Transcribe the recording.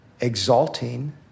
exalting